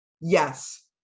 Yes